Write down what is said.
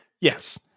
Yes